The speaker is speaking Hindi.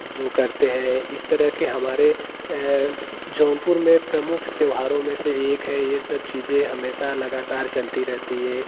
जो करते हैं इस तरह के हमारे जौनपुर में प्रमुख त्यौहारों में से एक है ये सब चीज़ें हमेशा लगातार चलती रहती है